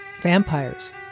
Vampires